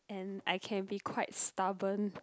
and I can be quite stubborn